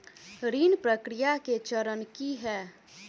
ऋण प्रक्रिया केँ चरण की है?